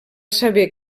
saber